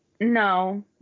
No